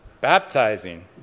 baptizing